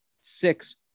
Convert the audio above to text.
six